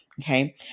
okay